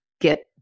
get